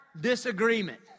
disagreement